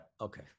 okay